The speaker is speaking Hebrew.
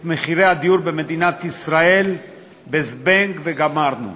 את מחירי הדיור במדינת ישראל ב"זבנג וגמרנו".